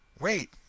Wait